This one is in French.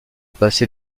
passé